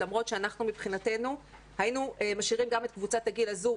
למרות שמבחינתנו היינו משאירים גם את קבוצת הגיל הזו